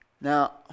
Now